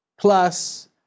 plus